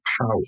power